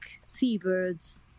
seabirds